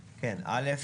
מירב בן ארי,